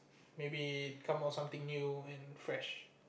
maybe come out something new and fresh